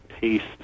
taste